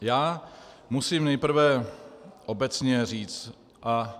Já musím nejprve obecně říct a